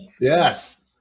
Yes